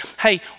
Hey